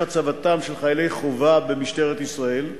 הצבתם של חיילי חובה במשטרת ישראל,